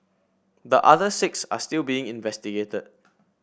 the other six are still being investigated